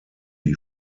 die